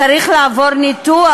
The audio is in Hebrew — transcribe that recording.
צריך לעבור ניתוח,